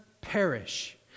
perish